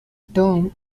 term